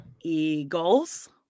eagles